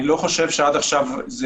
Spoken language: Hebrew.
אני לא חושב שזה התקדם.